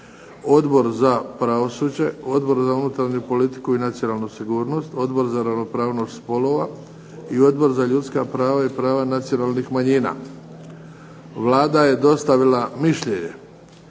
Odbor za pravosuđe, Odbor za unutarnju politiku i nacionalnu sigurnost, Odbor za ravnopravnost spolova i Odbor za ljudska prava i prava nacionalnih manjina. Vlada je dostavila mišljenje.